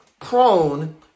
prone